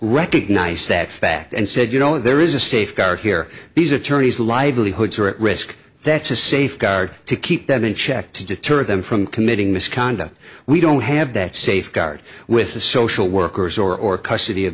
recognize that fact and said you know there is a safeguard here these attorneys livelihoods are at risk that's a safeguard to keep them in check to deter them from committing misconduct we don't have that safeguard with the social workers or custody